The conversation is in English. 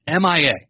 MIA